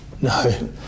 No